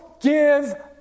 give